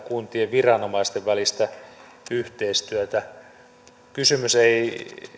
kuntien viranomaisten välistä yhteistyötä kysymys ei